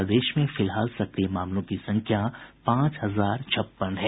प्रदेश में फिलहाल सक्रिय मामलों की संख्या पांच हजार छप्पन है